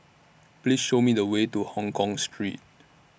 Please Show Me The Way to Hongkong Street